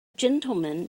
gentleman